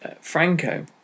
Franco